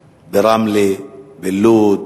ברמלה, בלוד,